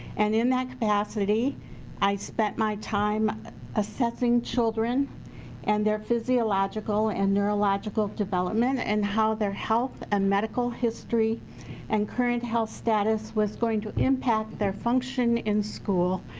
and in that capacity i spent my time assessing children and their physiological and neurological development. and how their health and ah medical history and current health status was going to impact their function in school.